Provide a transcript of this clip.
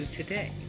today